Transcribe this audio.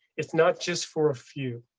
it's not just for a few.